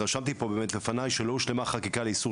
רשמתי פה באמת לפני שלא הושלמה חקיקה לאיסור